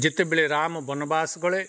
ଯେତେବେଳେ ରାମ ବନବାସ ଗଲେ